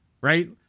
right